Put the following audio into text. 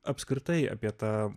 apskritai apie tą